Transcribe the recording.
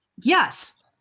Yes